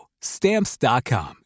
Stamps.com